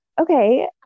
okay